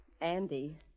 Andy